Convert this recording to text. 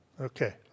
Okay